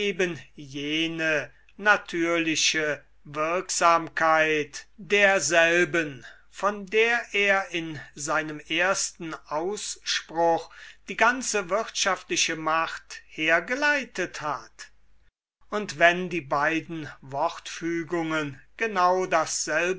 jene wirksamkeit derselben von der er in seinem ersten ausspruch die ganze wirtschaftliche macht hergeleitet hat und wenn die beiden wortfügungen genau